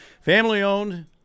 Family-owned